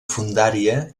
fondària